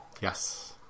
Yes